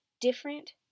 different